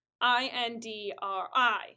I-N-D-R-I